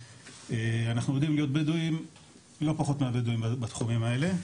ואנחנו יודעים להיות בדואים לא פחות מהבדואים בתחומים האלה,